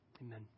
Amen